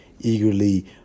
eagerly